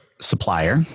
supplier